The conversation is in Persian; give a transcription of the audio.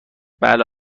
بله